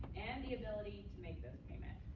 and the ability to make those payments.